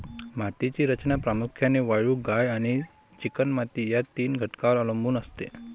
मातीची रचना प्रामुख्याने वाळू, गाळ आणि चिकणमाती या तीन घटकांवर अवलंबून असते